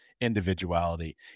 individuality